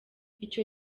icyo